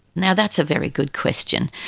now, that's a very good question.